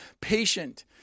patient